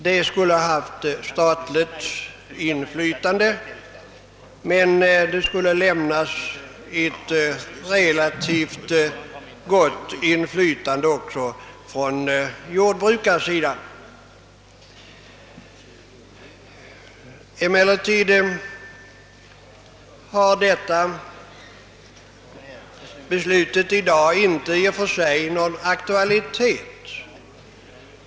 Detta skulle ha stått under statens inflytande men också jordbrukarsidan skulle få ett relativt stort inflytande. Emellertid har detta beslut i dag inte i och för sig någon aktualitet.